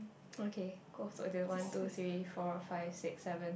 okay oh so the one two three four five six seven